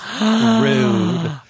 rude